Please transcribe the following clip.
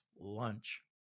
lunch